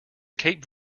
cape